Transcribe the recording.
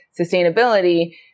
sustainability